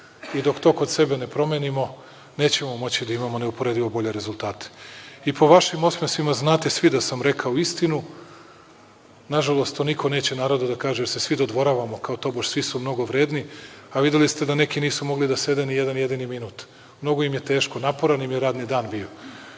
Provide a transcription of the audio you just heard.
i dok to kod sebe ne promenimo nećemo moći da imamo neuporedivo bolje rezultate. Po vašim osmesima znate svi da sam rekao istinu. Nažalost, to niko neće narodu da kaže jer se svi dodvoravamo kao tobože svi su mnogo vredni, a videli ste da neki nisu mogli da sede ni jedan jedini minut. Mnogo im je teško, naporan im je radni dan bio.